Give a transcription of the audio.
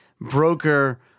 broker